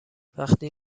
وقتی